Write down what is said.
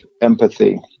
empathy